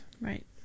Right